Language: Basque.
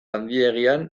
handiegian